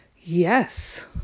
Yes